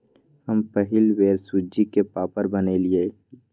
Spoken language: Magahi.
हम पहिल बेर सूज्ज़ी के पापड़ बनलियइ